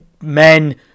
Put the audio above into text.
men